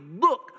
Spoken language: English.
look